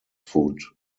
food